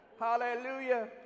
hallelujah